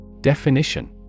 Definition